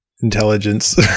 intelligence